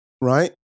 right